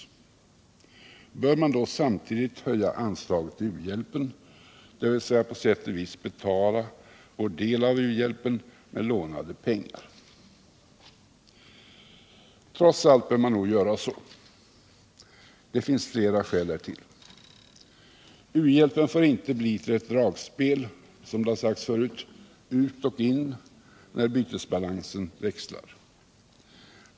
Bör vi då samtidigt höja anslaget till u-hjälpen, dvs. på sätt och vis betala vår del av uhjälpen med lånade pengar? Trots allt bör vi nog göra det, och det finns flera skäl därtill. U-hjälpen får inte bli ett dragspel ut och in — som det har sagts förut — när bytesbalansen växlar.